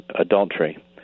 adultery